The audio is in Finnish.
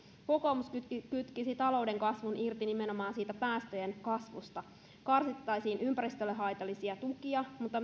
kokoomus kytkisi kytkisi talouden kasvun irti nimenomaan siitä päästöjen kasvusta karsittaisiin ympäristölle haitallisia tukia mutta